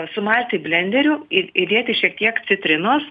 sumalti blenderiu į įdėti šiek tiek citrinos